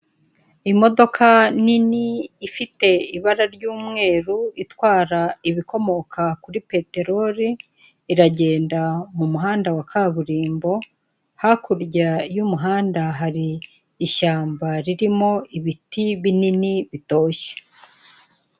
Imodoka nini ifite ibara ry'umweru itwara ibikomoka kuri peterori, iragenda mu muhanda wa kaburimbo, hakurya y'umuhanda hari ishyamba ririmo ibiti binini bitoshye.